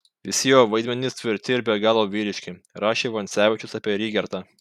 visi jo vaidmenys tvirti ir be galo vyriški rašė vancevičius apie rygertą